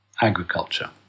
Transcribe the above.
agriculture